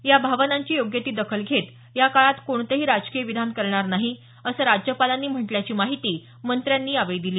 या भावनांची योग्य ती दाखल घेत या काळात कोणतेही राजकीय विधान करणार नाही असं राज्यपालांनी म्हटल्याची माहिती मंत्र्यांनी यावेळी दिली